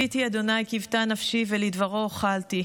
קויתי ה' קותה נפשי ולדברו הוחלתי.